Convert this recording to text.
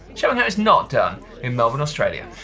showing how it's not done in melbourne, australia.